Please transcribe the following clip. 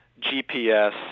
gps